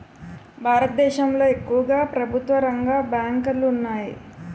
భారతదేశంలో ఎక్కువుగా ప్రభుత్వరంగ బ్యాంకులు ఉన్నాయి